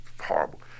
horrible